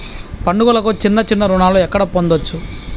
పండుగలకు చిన్న చిన్న రుణాలు ఎక్కడ పొందచ్చు?